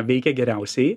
veikia geriausiai